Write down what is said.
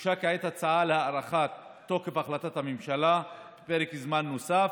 הוגשה כעת הצעה להארכת תוקף החלטת הממשלה בפרק זמן נוסף.